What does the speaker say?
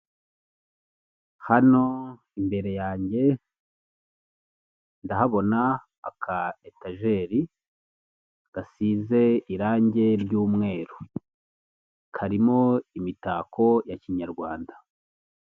Hano imbere yanjye, ndahabona aka etajeri gasize irange ry'umweru karimo imitako ya kinyarwanda.